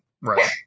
right